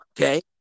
okay